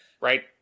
right